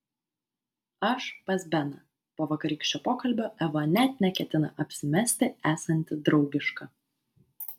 aš pas beną po vakarykščio pokalbio eva net neketina apsimesti esanti draugiška